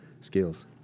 skills